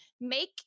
make